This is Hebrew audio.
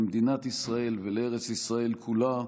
למדינת ישראל ולארץ ישראל כולה.